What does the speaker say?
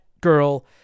girl